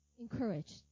encouraged